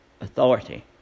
authority